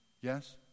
Yes